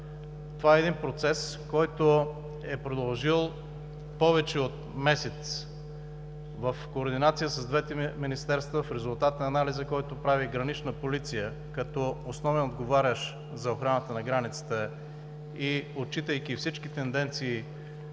това е един процес, продължил повече от месец в координация с двете министерства, в резултат на анализа, който прави Гранична полиция като основен отговарящ за охраната на границите. Отчитайки всички тенденции